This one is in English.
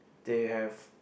there have